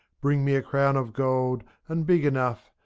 bring me a crown of gold and big enough.